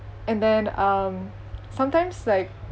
and then um sometimes like